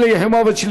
שלי יחימוביץ,